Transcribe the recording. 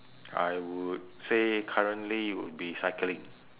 I would say currently it would be cycling